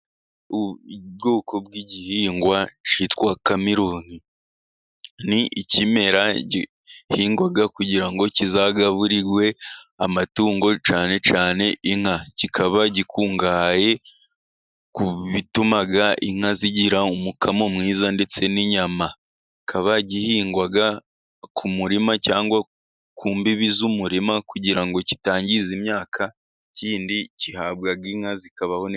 Ubwoko bw'igihingwa cyitwa kameroni, ni ikimera gihingwa kugira ngo kizagaburirwe amatungo cyane cyane inka, kikaba gikungahaye ku bituma inka zigira umukamo mwiza, ndetse n'inyama. Kikaba gihingwa ku murima cyangwa ku mbibi z'umurima, kugira ngo kitangiza imyaka, ikindi gihabwa inka zikabaho neza.